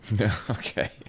Okay